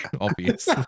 obvious